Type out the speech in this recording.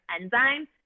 enzyme